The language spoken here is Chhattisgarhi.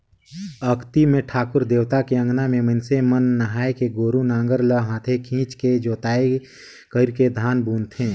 अक्ती मे ठाकुर देवता के अंगना में मइनसे मन नहायके गोरू नांगर ल हाथे खिंचके जोताई करके धान बुनथें